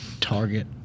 Target